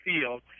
field